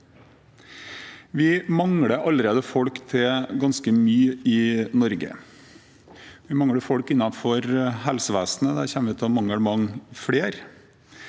Vi mangler allerede folk til ganske mye i Norge. Vi mangler folk innenfor helsevesenet. Der kommer vi til å mangle mange flere.